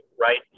right